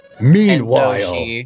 Meanwhile